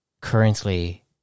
currently